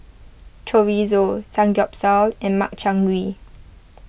Chorizo Samgyeopsal and Makchang Gui